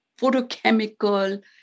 photochemical